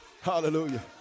Hallelujah